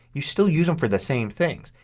you still use them for the same things.